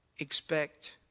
Expect